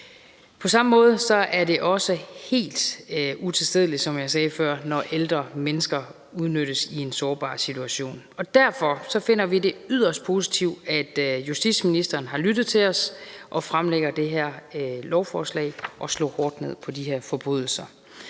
På samme måde er det også helt utilstedeligt, som jeg sagde før, når ældre mennesker udnyttes i en sårbar situation. Og derfor finder vi det yderst positivt, at justitsministeren har lyttet til os og fremlægger det her lovforslag og slår hårdt ned på de her forbrydelser.